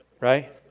Right